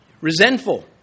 resentful